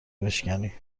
بشکنی